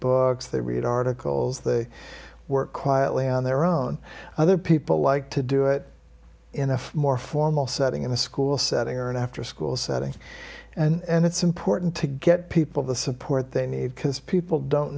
books they read articles they work quietly on their own other people like to do it in a more formal setting in a school setting or an after school setting and it's important to get people the support they need because people don't